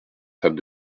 femme